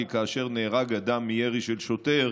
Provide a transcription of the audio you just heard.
כי כאשר נהרג אדם מירי של שוטר